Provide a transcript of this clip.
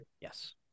Yes